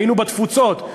היינו בתפוצות,